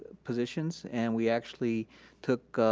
positions and we actually took